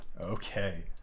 Okay